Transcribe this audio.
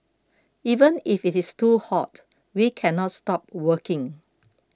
even if it is too hot we can not stop working